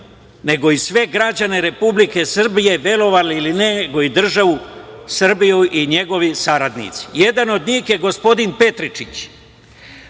nego i sve građane Republike Srbije, verovali ili ne i državu Srbiju i njegovi saradnici. Jedan od njih je gospodin Petričić.